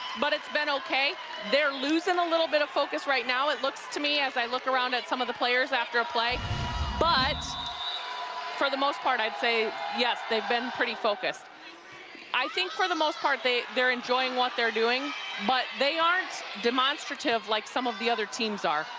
but it's been okay they're losing a little bit of focus right now it looks to me, as i look at some of the players after a play but for the most part, i'd say, yes, they've been pretty focused i think for the most part, they're enjoying what they're doing but they aren't demonstrative like some of the other teams are.